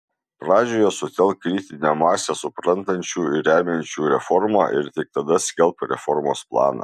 pradžioje sutelk kritinę masę suprantančių ir remiančių reformą ir tik tada skelbk reformos planą